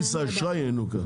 חברת כרטיסי אשראי היא ינוקא.